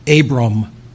Abram